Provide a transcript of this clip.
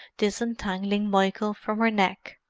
disentangling michael from her neck.